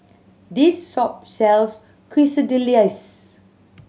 this shop sells Quesadillas